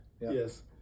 Yes